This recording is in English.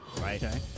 right